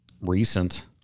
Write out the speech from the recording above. recent